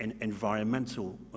environmental